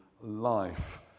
life